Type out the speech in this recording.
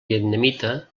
vietnamita